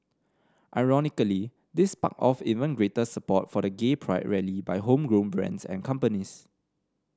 ironically this sparked off even greater support for the gay pride rally by homegrown brands and companies